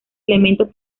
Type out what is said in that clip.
elementos